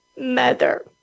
mother